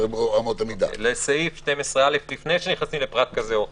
לגבי סעיף 12א, לפני שנכנסים לפרט כזה או אחר,